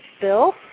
bill